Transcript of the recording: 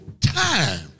time